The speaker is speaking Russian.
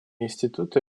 институты